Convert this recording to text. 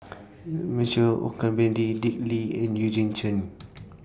Michael Olcomendy Dick Lee and Eugene Chen